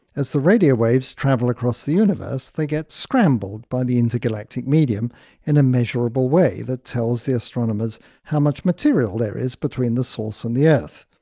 as the radio waves travel across the universe, they get scrambled by the intergalactic medium in a measurable way that tells the astronomers how much material there is between the source and the earth.